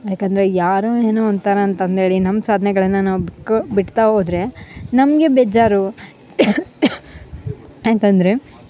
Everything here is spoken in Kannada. ಯಾಕಂದರೆ ಯಾರೋ ಏನೊ ಅಂತಾರೆ ಅಂತಂದೇಳಿ ನಮ್ಮ ಸಾಧ್ನೆಗಳನ್ನ ನಾವು ಬಿಕ್ಕಾ ಬಿಡ್ತಾ ಹೋದ್ರೆ ನಮಗೆ ಬೇಜಾರು ಯಾಕಂದರೆ